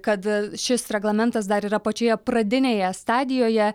kad šis reglamentas dar yra pačioje pradinėje stadijoje